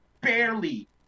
barely